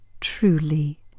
truly